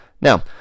Now